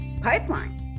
pipeline